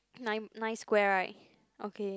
nine nine square right okay